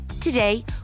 Today